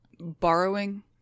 Borrowing